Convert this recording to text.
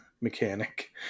mechanic